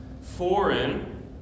foreign